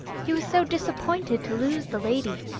he was so disappointed to lose the lady